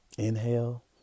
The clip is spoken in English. Inhale